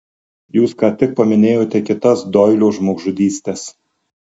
jūs ką tik paminėjote kitas doilio žmogžudystes